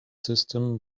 system